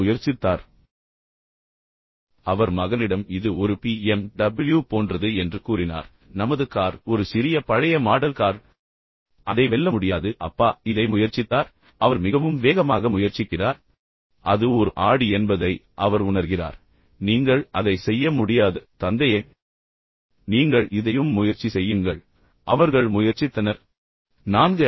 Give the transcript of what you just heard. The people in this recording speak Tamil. எனவே தந்தை முயற்சித்தார் பின்னர் அவர் மகனிடம் இது ஒரு பிஎம்டபிள்யூ போன்றது என்று கூறினார் பின்னர் நமது கார் ஒரு சிறிய பழைய மாடல் கார் அதை வெல்ல முடியாது அப்பா இதை முயற்சித்தார் பின்னர் அவர் மிகவும் வேகமாக முயற்சிக்கிறார் பின்னர் அது ஒரு ஆடி என்பதை அவர் உணர்கிறார் பின்னர் நீங்கள் அதை செய்ய முடியாது தந்தையே நீங்கள் இதையும் முயற்சி செய்யுங்கள் எனவே அவர்கள் முயற்சித்தனர் பின்னர் தந்தை முயற்சிக்கிறார் பின்னர் அவர் இதை என்னால் முந்த முடியாது என்று கூறுகிறார்